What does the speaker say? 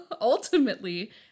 ultimately